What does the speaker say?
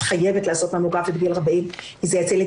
את חייבת לעשות ממוגרפיה בגיל 40 זה יציל את